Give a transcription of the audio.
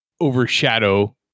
overshadow